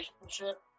relationship